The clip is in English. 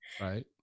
Right